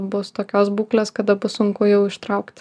bus tokios būklės kada bus sunku jau ištraukti